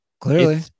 Clearly